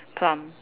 plum